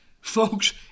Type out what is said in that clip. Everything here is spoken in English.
folks